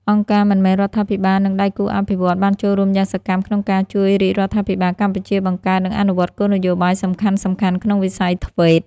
អង្គការមិនមែនរដ្ឋាភិបាល និងដៃគូអភិវឌ្ឍន៍បានចូលរួមយ៉ាងសកម្មក្នុងការជួយរាជរដ្ឋាភិបាលកម្ពុជាបង្កើត និងអនុវត្តគោលនយោបាយសំខាន់ៗក្នុងវិស័យ ធ្វេត TVET។